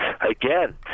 again